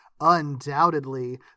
undoubtedly